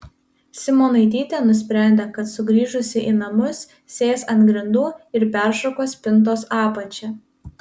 simonaitytė nusprendė kad sugrįžusi į namus sės ant grindų ir peršukuos spintos apačią